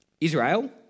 Israel